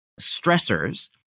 stressors